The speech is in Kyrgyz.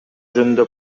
жөнүндө